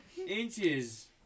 Inches